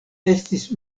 estis